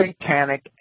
satanic